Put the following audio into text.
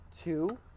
two